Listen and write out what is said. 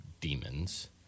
demons